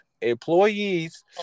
Employees